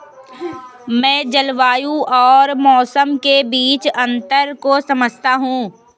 मैं जलवायु और मौसम के बीच अंतर को समझता हूं